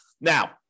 Now